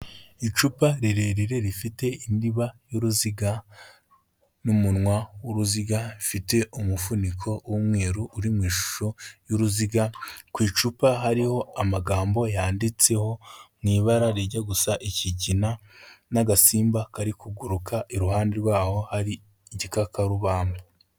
Icupa rirerire rifite indiba y'uruziga n'umunwa w'uruziga, rifite umufuniko w'umweru uri mu ishusho y'uruziga, ku icupa hariho amagambo yanditseho mu ibara rijya gusa ikigina, n'agasimba kari kuguruka, iruhande rwaho hari igikakarubamba.